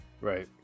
Right